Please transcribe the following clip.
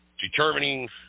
determining